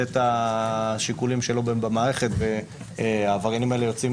את השיקולים שלו במערכת והעבריינים האלה יוצאים